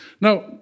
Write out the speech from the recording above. Now